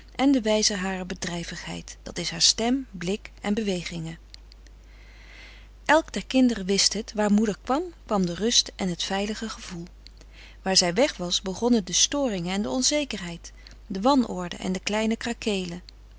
en de wijze harer bedrijvigheid dat is haar stem blik en bewegingen frederik van eeden van de koele meren des doods elk der kinderen wist het waar moeder kwam kwam de rust en het veilige gevoel waar zij weg was begonnen de storingen en de onzekerheid de wanorde en de kleine krakeelen